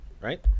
right